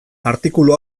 artikulu